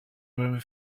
même